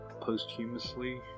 posthumously